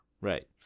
right